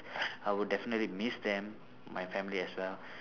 I would definitely miss them my family as well